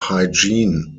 hygiene